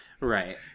Right